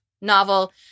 novel